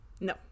No